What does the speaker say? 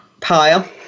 pile